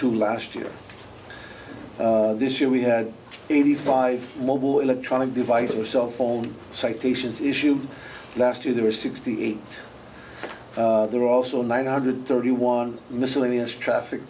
two last year this year we had eighty five mobile electronic devices cell phone citations issued last year there were sixty eight there also nine hundred thirty one miscellaneous traffic